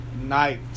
night